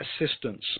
assistance